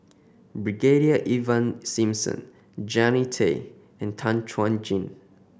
Brigadier Ivan Simson Jannie Tay and Tan Chuan Jin